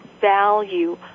value